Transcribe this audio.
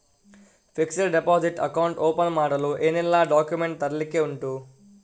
Fixed deposit account open ಮಾಡಲು ಏನೆಲ್ಲಾ documents ತರ್ಲಿಕ್ಕೆ ಉಂಟು?